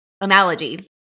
analogy